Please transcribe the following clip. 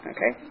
Okay